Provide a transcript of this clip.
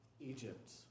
Egypt